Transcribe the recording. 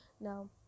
Now